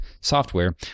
software